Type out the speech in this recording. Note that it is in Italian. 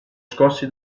scossi